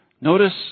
Notice